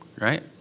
right